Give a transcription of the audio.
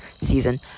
season